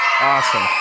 Awesome